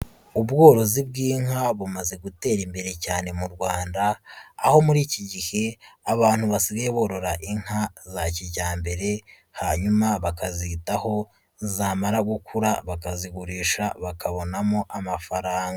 Ubworozi bw'inka bumaze gutera imbere cyane mu Rwanda aho muri iki gihe abantu basigaye borora inka za kijyambere hanyuma bakazitaho zamara gukura bakazigurisha bakabonamo amafaranga.